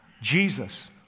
Jesus